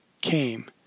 Came